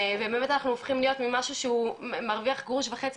ובאמת אנחנו הופכים להיות ממשהו שמרוויח גרוש וחצי,